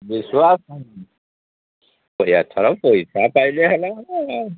ଦେଖିବା ପଇସା ପାଇଲେ ହେଲା ଆଉ କ'ଣ